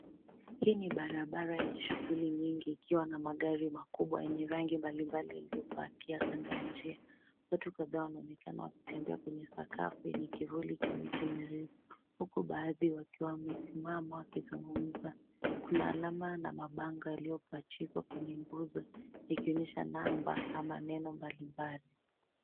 Hii ni barabara yenye shughuli nyingi ikiwa na magari makubwa yenye rangi mbalimbali yaliyopakia kando ya njia. Watu kadhaa wanaonekana wakitembea kwenye sakafu yenye kivuli cha miti mirefu, huku baadhi wakiwa wamesimama wakizungumza. Kuna alama na mabango yaliyopachikwa kwenye nguzo yakionyesha namba na maneno mbalimbali.